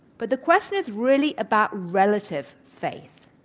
but the question is really about relative faith.